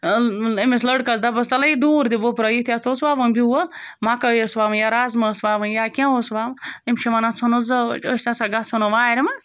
أمِس لٔڑکَس دپوس تَلہ یہِ ڈوٗر دِ وُپھرٲوِتھ یَتھ ہا اوس وَوُن بیول مَکٲے ٲس وَوٕنۍ یا رَزما ٲس وَوٕنۍ یا کیںٛہہ اوس وَوُن یِم چھِ وَنان ژھٕنُس زٲج أسۍ ہَسا گژھو نہٕ وارِ منٛز